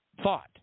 thought